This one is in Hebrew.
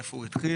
מאיפה הוא התחיל.